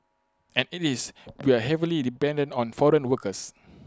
as IT is we are heavily dependent on foreign workers